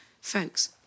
Folks